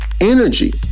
energy